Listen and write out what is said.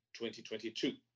2022